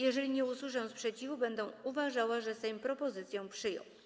Jeżeli nie usłyszę sprzeciwu, będę uważała, że Sejm propozycje przyjął.